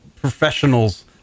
professionals